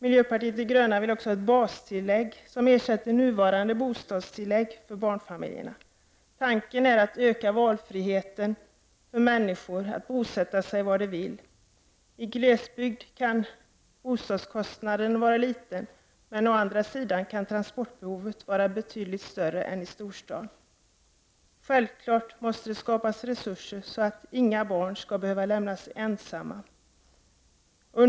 Miljöpartiet de gröna föreslår att ett bastillägg ersätter nuvarande bostadsbidrag för barnfamiljer. Tanken är att öka valfriheten för människor att bosätta sig var de vill. I glesbygd kan bostadskostnaden vara liten, men å andra sidan kan transportbehovet vara betydligt större än i storstad. Självfallet måste det skapas resurser så att inga barn skall behöva lämnas ensamma.